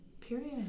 Period